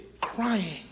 crying